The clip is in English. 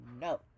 No